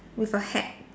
with a hat